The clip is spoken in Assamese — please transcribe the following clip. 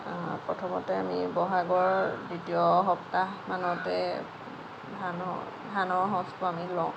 প্ৰথমতে আমি বহাগৰ দ্বিতীয় সপ্তাহমানতে ধান ধানৰ সঁচটো আমি লওঁ